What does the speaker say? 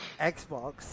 Xbox